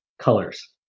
colors